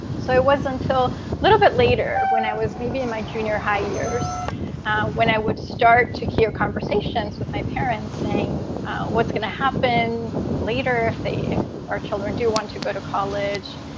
so it was until a little bit later when i was maybe in my junior high years when i would start to hear conversations with my parents saying what's going to happen later if they if our children do want to go to college,